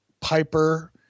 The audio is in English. Piper